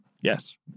Yes